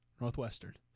Northwestern